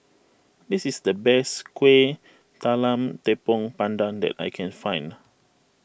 this is the best Kueh Talam Tepong Pandan that I can find